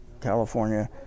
California